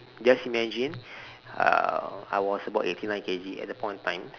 just imagine uh I was about eighty nine K_G at that point in time